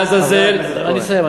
אני מסיים, אני מסיים.